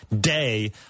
day